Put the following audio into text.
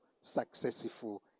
successful